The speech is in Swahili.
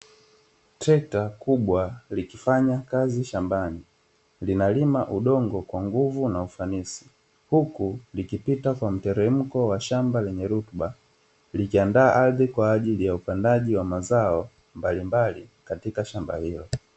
Trekta kubwa likifanya kazi shambani; linalima udongo kwa nguvu na ufanisi, huku likipita kwa mteremko wa shamba lenye rutuba, likiandaa ardhi kwa ajili ya upandaji wa mazao mbalimbali, katika shamba hilo.